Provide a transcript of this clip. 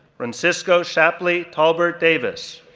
roncisco shapley tolbert davis,